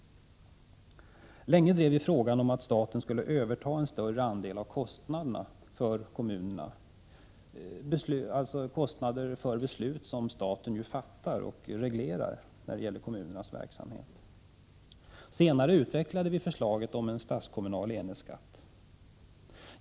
Länge drev vi frågan om att staten skulle överta en större andel av de kostnader som den genom sina beslut ålade kommunerna genom att reglera deras verksamhet. Senare utvecklades förslaget om den statskommunala enhetsskatten.